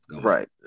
right